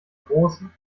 großen